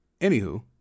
anywho